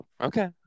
Okay